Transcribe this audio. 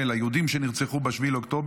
היהודים שנרצחו ב-7 באוקטובר.